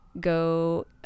go